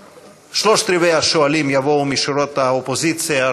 שלושת-רבעי השואלים יבואו משורות האופוזיציה,